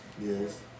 Yes